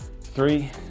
three